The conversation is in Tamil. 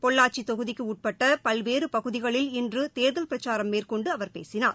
பொள்ளாச்சித் தொகுதிக்குஉட்பட்டபல்வேறுபகுதிகளில் இன்றுதேர்தல் பிரச்சாரம் மேற்கொண்டுஅவர் பேசினார்